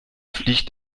fliegt